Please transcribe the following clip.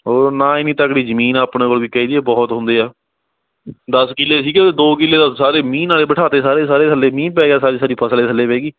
ਹੋਰ ਨਾ ਐਨੀ ਤਕੜੀ ਜ਼ਮੀਨ ਆ ਆਪਣੇ ਕੋਲ ਵੀ ਕਹਿ ਦੇਈਏ ਬਹੁਤ ਹੁੰਦੇ ਆ ਦਸ ਕਿੱਲੇ ਸੀਗੇ ਦੋ ਕਿੱਲੇ ਤਾਂ ਸਾਰੇ ਮੀਂਹ ਨਾਲ ਹੀ ਬਿਠਾਤੇ ਸਾਰੇ ਦੇ ਸਾਰੇ ਥੱਲੇ ਮੀਂਹ ਪੈ ਗਿਆ ਸਾਰੀ ਸਾਰੀ ਫਸਲ ਏ ਥੱਲੇ ਬਹਿ ਗਈ